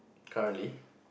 currently